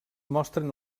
mostren